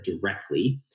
directly